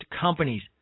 companies